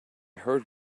heard